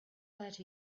that